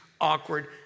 awkward